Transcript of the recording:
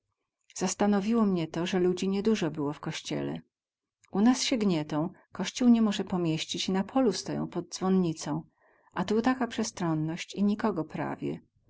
zastanowiło mnie to ze ludzi nieduzo było w kościele u nas sie gnietą kościół ni moze pomieścić i na polu stoją pod dzwonnicą a tu taka przestroność i nikogo prawie